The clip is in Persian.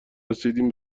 رسیدیم